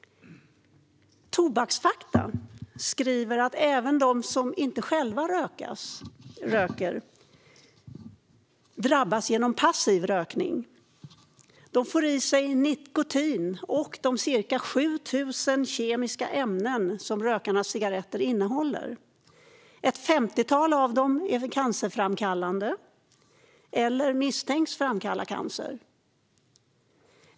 Tobaksfakta skriver att även de som inte själva röker drabbas genom passiv rökning. De får i sig nikotin och de ca 7 000 kemiska ämnen som rökarnas cigaretter innehåller. Ett femtiotal av dem är cancerframkallande eller misstänks framkalla cancer.